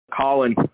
Colin